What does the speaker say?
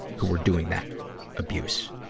who were doing that abuse.